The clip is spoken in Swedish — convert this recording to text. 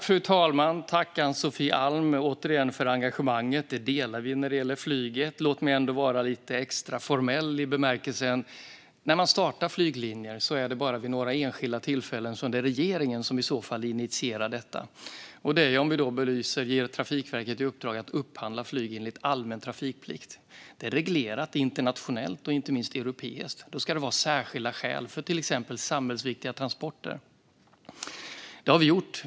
Fru talman! Tack, återigen, för engagemanget, Ann-Sofie Alm! Vi delar det när det gäller flyget. Låt mig ändå vara lite extra formell: När man startar flyglinjer är det bara vid några enskilda tillfällen som det är regeringen som initierar det, och det är om vi ger Trafikverket i uppdrag att upphandla flyg enligt allmän trafikplikt. Det är reglerat internationellt och inte minst europeiskt, och då ska det finnas särskilda skäl - till exempel samhällsviktiga transporter. Detta har vi gjort.